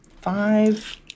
Five